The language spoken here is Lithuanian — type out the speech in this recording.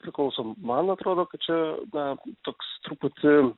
priklauso man atrodo kad čia na toks truputį